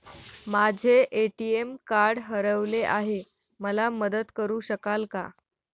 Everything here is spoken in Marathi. माझे ए.टी.एम कार्ड हरवले आहे, मला मदत करु शकाल का?